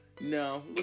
no